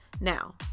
Now